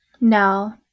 No